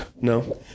No